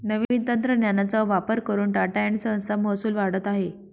नवीन तंत्रज्ञानाचा वापर करून टाटा एन्ड संस चा महसूल वाढत आहे